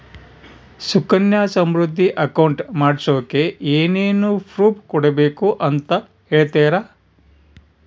Sukanya Samriddhi account ಮಾಡಿಸೋಕೆ ಏನೇನು proof ಕೊಡಬೇಕು ಅಂತ ಹೇಳ್ತೇರಾ?